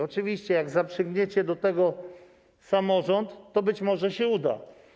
Oczywiście jak zaprzęgniecie do tego samorząd, być może się uda.